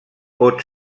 pot